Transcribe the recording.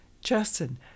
Justin